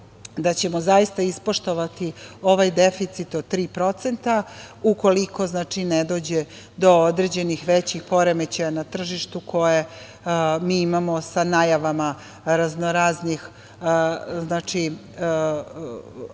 da ćemo zaista ispoštovati ovaj deficit od 3% ukoliko ne dođe do određenih većih poremećaja na tržištu koje mi imamo sa najavama raznoraznih,